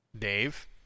Dave